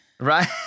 Right